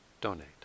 donate